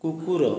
କୁକୁର